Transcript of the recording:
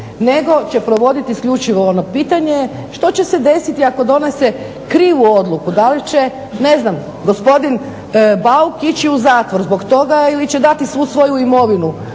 nego će provodit isključivo ono pitanje što će se desiti ako donese krivu odluku, da li će gospodin Bauk ići u zatvor zbog toga ili će dati svu svoju imovinu